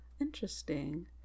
Interesting